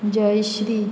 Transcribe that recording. Jayashree